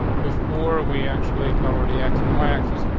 before we actually cover the x and y axes,